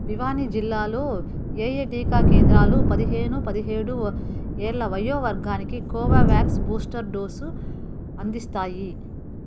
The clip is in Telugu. భివానీ జిల్లాలో ఏయే టీకా కేంద్రాలు పదిహేను నుండి పదిహేడు ఏళ్ళ వయో వర్గానికి కోవోవాక్స్ బూస్టర్ డోసు అందిస్తాయి